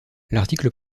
l’article